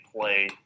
play